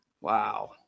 Wow